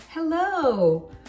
Hello